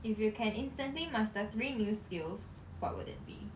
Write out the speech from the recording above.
if you can instantly master three new skills what would it be